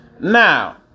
Now